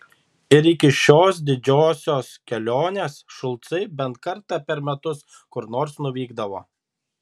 ir iki šios didžiosios kelionės šulcai bent kartą per metus kur nors nuvykdavo